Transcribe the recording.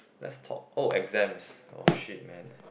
let's talk oh exams oh shit man